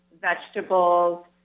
vegetables